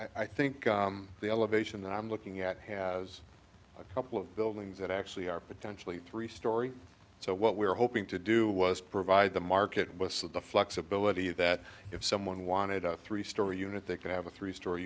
i think the elevation that i'm looking at has a couple of buildings that actually are potentially three story so what we're hoping to do was provide the market with the flexibility that if someone wanted a three story unit they could have a three stor